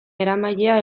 eramailea